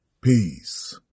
Peace